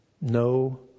No